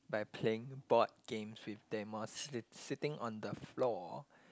by playing board games with them while sit sitting on the floor